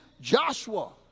Joshua